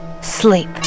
Sleep